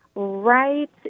right